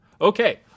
Okay